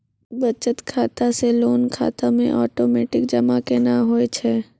बचत खाता से लोन खाता मे ओटोमेटिक जमा केना होय छै?